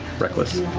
reckless.